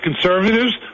conservatives